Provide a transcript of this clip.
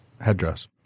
Headdress